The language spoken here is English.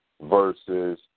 versus